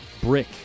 brick